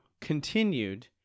continued